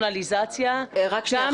והפרסונליזציה גם של --- רק שנייה.